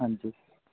ਹਾਂਜੀ